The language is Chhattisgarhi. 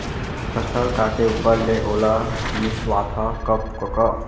फसल काटे ऊपर ले ओला मिंसवाथा कब कका?